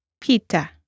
Pita